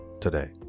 today